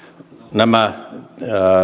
nämä